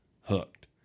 hooked